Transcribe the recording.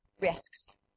risks